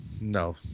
No